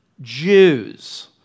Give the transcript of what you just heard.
Jews